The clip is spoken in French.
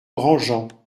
grandjean